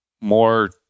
more